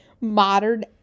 modern